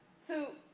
so,